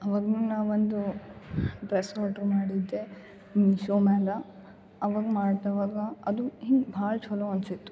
ಅವಾಗು ನಾ ಒಂದು dress order ಮಾಡಿದ್ದೆ ಮೀಶೋಮೇಲೆ ಅವಾಗ್ ಮಾಡ್ದವಾಗ ಅದು ಹಿಂಗೆ ಭಾಳ ಚಲೋ ಅನಿಸಿತ್ತು